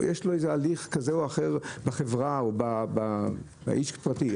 יש לו איזה הליך כזה או אחר בחברה או כאיש פרטי,